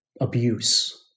abuse